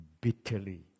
bitterly